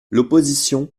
l’opposition